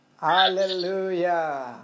Hallelujah